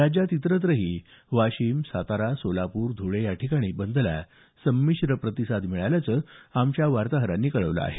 राज्यात इतरत्रही वाशिम सातारा सोलापूर धुळे याठिकाणी बंदला संमिश्र प्रतिसाद मिळाल्याचं आमच्या वार्ताहरांनी कळवलं आहे